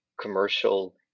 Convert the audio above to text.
commercial